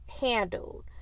handled